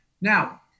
Now